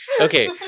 Okay